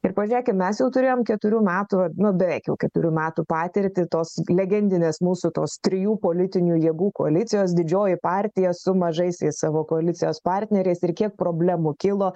ir pažiūrėkim mes jau turėjom keturių metų nu beveik jau keturių metų patirtį tos legendinės mūsų tos trijų politinių jėgų koalicijos didžioji partija su mažaisiais savo koalicijos partneriais ir kiek problemų kilo